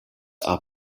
are